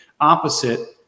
opposite